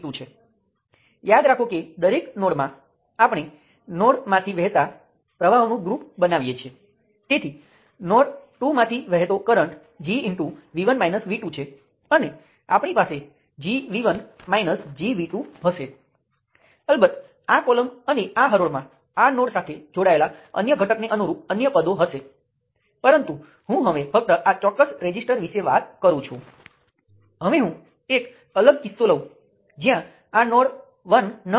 હવે અહીં મુખ્ય શબ્દ એ છે કે સર્કિટ કે જે આવી રીતે દોરી શકાય દાખલા તરીકે તમે સર્કિટને કેવી રીતે દોરો છો તેમ નહીં ઉત્તમ ઉદાહરણ તરીકે અહીં આ બે શાખાઓ એકબીજાને ક્રોસ કરતી હોય તેવું લાગે છે પરંતુ મારે ત્યાં તેવી રીતે દોરવું પડશે નહીં